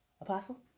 Apostle